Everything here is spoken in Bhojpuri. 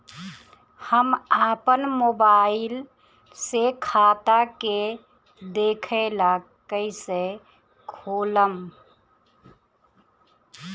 हम आपन मोबाइल से खाता के देखेला कइसे खोलम?